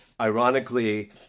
ironically